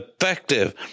effective